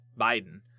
biden